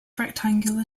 rectangular